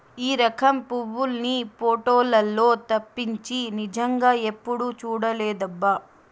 ఈ రకం పువ్వుల్ని పోటోలల్లో తప్పించి నిజంగా ఎప్పుడూ చూడలేదబ్బా